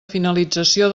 finalització